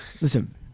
Listen